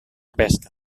pesca